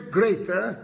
greater